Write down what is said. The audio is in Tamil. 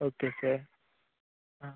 okay sir ah